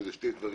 שאלה שני דברים